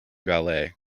ballet